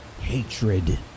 hatred